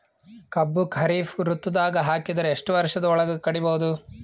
ಕಬ್ಬು ಖರೀಫ್ ಋತುದಾಗ ಹಾಕಿದರ ಎಷ್ಟ ವರ್ಷದ ಒಳಗ ಕಡಿಬಹುದು?